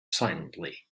silently